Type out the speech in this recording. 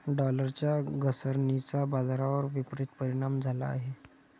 डॉलरच्या घसरणीचा बाजारावर विपरीत परिणाम झाला आहे